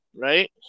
Right